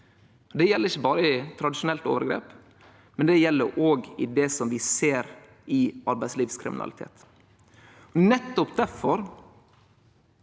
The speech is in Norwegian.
Det gjeld ikkje berre i eit tradisjonelt overgrep, det gjeld også det vi ser i arbeidslivskriminalitet. Nettopp difor